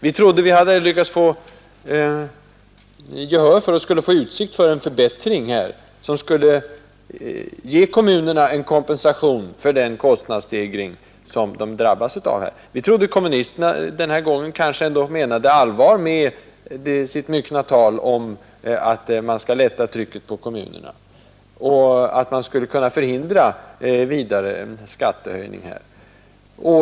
Vi trodde vi hade lyckats få gehör för och hade utsikt att få en förbättring till stånd, som skulle ge kommunerna kompensation för den kostnadsstegring de drabbas av. Vi trodde att kommunisterna den här gången kanske ändå menade allvar med sitt myckna tal om att lätta trycket på kommunerna och att man skall försöka förhindra vidare skattehöjning.